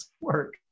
work